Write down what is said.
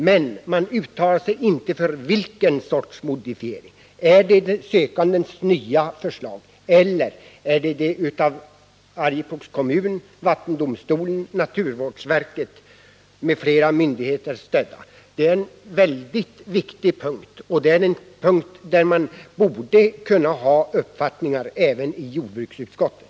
Men man uttalar inte vilken sorts motivering det är fråga om — är det sökandens nya förslag eller är det det förslag som stöds av Arjeplogs kommun, vattendomstolen, naturvårdsverket m.fl. myndigheter? Det är en mycket viktig punkt som man borde ha en uppfattning om även i jordbruksutskottet.